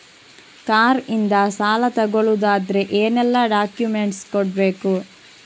Car ಇಂದ ಸಾಲ ತಗೊಳುದಾದ್ರೆ ಏನೆಲ್ಲ ಡಾಕ್ಯುಮೆಂಟ್ಸ್ ಕೊಡ್ಬೇಕು?